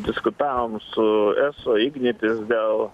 diskutavom su eso ignitis dėl